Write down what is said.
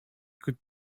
could